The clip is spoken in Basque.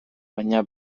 baina